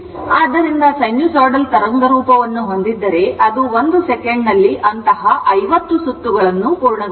ಆದ್ದರಿಂದ ಸೈನುಸೈಡಲ್ ತರಂಗರೂಪವನ್ನು ಹೊಂದಿದ್ದರೆ ಅದು 1 ಸೆಕೆಂಡ್ ನಲ್ಲಿ ಅಂತಹ 50 ಸುತ್ತುಗಳನ್ನು ಪೂರ್ಣಗೊಳಿಸುತ್ತದೆ